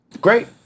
Great